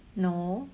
no